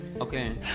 Okay